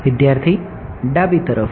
વિદ્યાર્થી ડાબી બાજુ તરફ